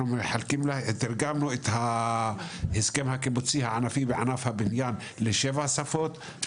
אנחנו נותנים להם את ההסכם הקיבוצי הענפי בענף הבניין בשבע שפות שונות,